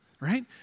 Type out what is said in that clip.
right